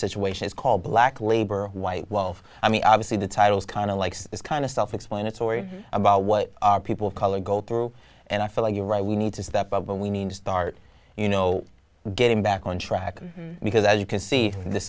situation is called black labor white wealth i mean obviously the title is kind of like it's kind of self explanatory about what are people of color go through and i feel like you're right we need to step up but we need to start you know getting back on track because as you can see this